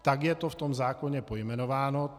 Tak je to v tom zákoně pojmenováno.